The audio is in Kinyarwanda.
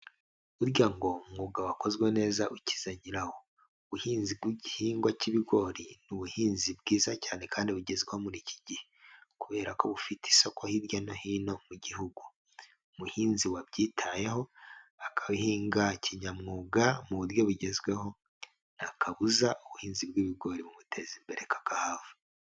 Burya ngo umwuga wakozwe neza ukiza nyirawo ubuhinzi bw'igihingwa k'ibigori ni ubuhinzi bwiza cyane kandi bugezweho muri iki gihe kubera ko bufite isoko hirya no hino mu gihugu, umuhinzi wabyitayeho akabihinga kinyamwuga mu buryo bugezweho, nta kabuza ubuhinzi bw'ibigori bumuteza imbere kakahava.